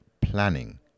planning